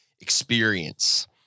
Experience